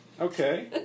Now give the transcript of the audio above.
Okay